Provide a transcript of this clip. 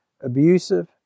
abusive